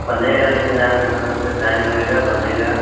बनेगा लेकिन आपके घर तक से टाइम लगेगा बनेगा